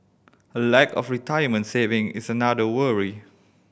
a lack of retirement saving is another worry